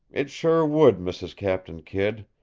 it sure would, mrs. captain kidd.